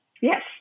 Yes